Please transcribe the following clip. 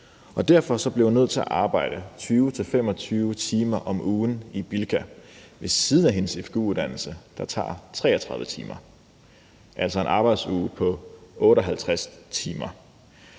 Derfor blev hun nødt til at arbejde 20-25 timer om ugen i Bilka ved siden af hendes fgu-uddannelse, der tog 33 timer. Det gav altså en arbejdsuge på 58 timer.